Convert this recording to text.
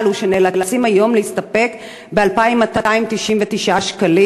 שנאלצים היום להסתפק ב-2,299 שקלים.